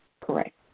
Correct